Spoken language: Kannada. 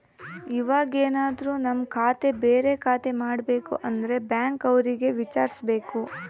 ಇವಾಗೆನದ್ರು ನಮ್ ಖಾತೆ ಬೇರೆ ಖಾತೆ ಮಾಡ್ಬೇಕು ಅಂದ್ರೆ ಬ್ಯಾಂಕ್ ಅವ್ರಿಗೆ ವಿಚಾರ್ಸ್ಬೇಕು